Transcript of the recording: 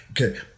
Okay